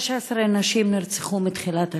16 נשים נרצחו מתחילת השנה.